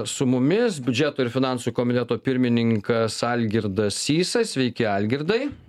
su mumis biudžeto ir finansų komiteto pirmininkas algirdas sysas sveiki algirdai